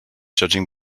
judging